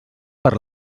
per